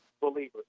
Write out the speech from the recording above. believers